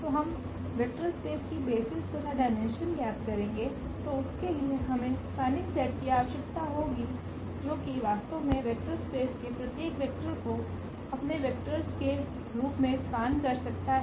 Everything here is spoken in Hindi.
तो हम वेक्टर स्पेस का बेसिस तथा डायमेंशन ज्ञात करेगे तो उसके लिए हमें स्पान्निंग सेट की आवश्यकता होगी जो की वास्तव में वेक्टर स्पेस के प्रत्येक वेक्टर को अपने वेक्टोर्स के रूप में स्पान कर सकता है